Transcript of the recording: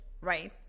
right